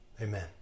Amen